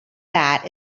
that